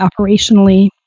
operationally